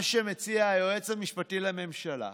מה שמציע היועץ המשפטי לממשלה,